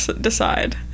decide